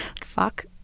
Fuck